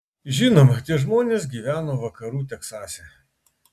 žinoma tie žmonės gyveno vakarų teksase